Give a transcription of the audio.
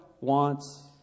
wants